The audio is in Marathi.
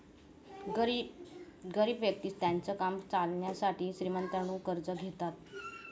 गरीब व्यक्ति त्यांचं काम चालवण्यासाठी श्रीमंतांकडून कर्ज घेतात